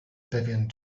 pewien